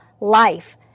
life